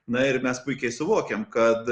na ir mes puikiai suvokiam kad